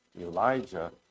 Elijah